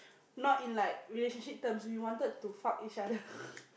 not in like relationship terms we wanted to fuck each other